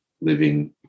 living